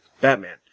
Batman